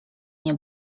nie